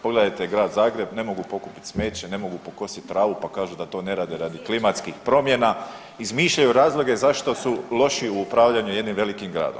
Pogledajte Grad Zagreb ne mogu pokupit smeće, ne mogu pokosit travu pa kažu da to ne rade radi klimatskih promjena, izmišljaju razloge zašto su loši u upravljanju jednim velikim gradom.